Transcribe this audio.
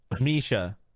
Misha